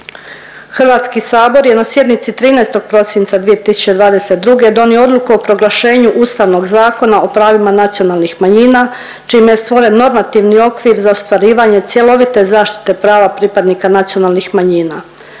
Hrvatski sabor je na sjednici 13. prosinca 2022.g. donio Odluku o proglašenju Ustavnog zakona o pravima nacionalnih manjina čime je stvoren normativni okvir za ostvarivanje cjelovite zaštite prava pripadnika nacionalnih manjina